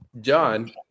John